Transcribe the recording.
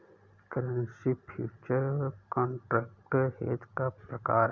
currency future contract hedge का प्रकार है